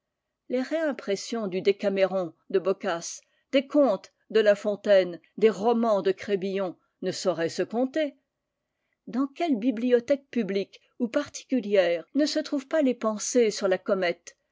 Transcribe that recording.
les réimpressions du décaméron de boccace des contes de la fontaine des romans de crébillon ne sauraient se compter dans quelle bibliothèque publique ou particulière ne se trouvent pas les pensées sur la comète